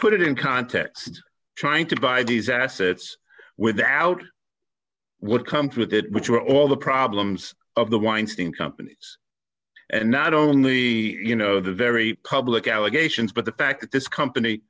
put it in context trying to buy these assets without would come through that which were all the problems of the weinstein company and not only you know the very public allegations but the fact that this company